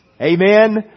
Amen